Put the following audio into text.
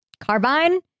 carbine